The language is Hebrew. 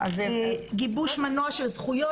גיבוש מנוע של זכויות,